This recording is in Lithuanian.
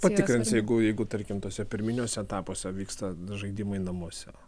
patikrins jeigu jeigu tarkim tuose pirminiuose etapuose vyksta žaidimai namuose